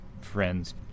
friends